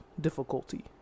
difficulty